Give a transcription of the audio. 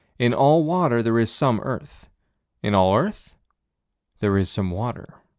in all water there is some earth in all earth there is some water.